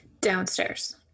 Downstairs